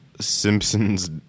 Simpsons